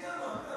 מי אמר?